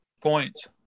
points